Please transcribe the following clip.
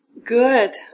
Good